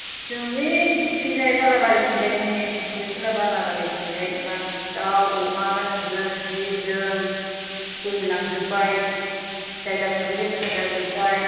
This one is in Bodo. जों बै थिंजाय बालाबारि थिंजायनि सरायखेला बालाबारि थिंजाय माबा दाव अमा गासिबो जि जोम बोहैलांजोबबाय जायगाफोराबो लेट्रा जाजोबबाय